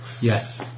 Yes